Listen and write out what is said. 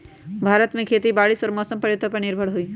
भारत में खेती बारिश और मौसम परिवर्तन पर निर्भर हई